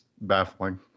baffling